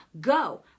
Go